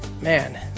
Man